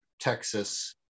Texas